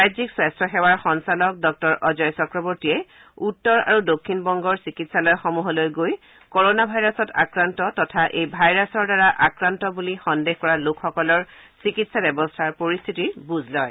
ৰাজ্যিক স্বাস্থ্যসেৱাৰ সঞ্চালক ডঃ অজয় চক্ৰৱৰ্তীয়ে উত্তৰ আৰু দক্ষিণ বংগৰ চিকিৎসালয়সমূহলৈ গৈ কৰোণা ভাইৰাছত আক্ৰান্ত তথা এই ভাইৰাছৰ দ্বাৰা আক্ৰান্ত বুলি সন্দেহ কৰা লোকসকলৰ চিকিৎসা ব্যৱস্থাৰ পৰিস্থিতিৰ বুজ লয়